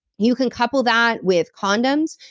you can couple that with condoms,